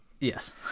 Yes